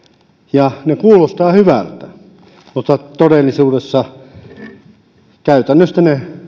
ja ne kuulostavat hyviltä mutta todellisuudessa ne